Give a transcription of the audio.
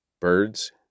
birds